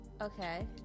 okay